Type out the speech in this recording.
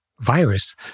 virus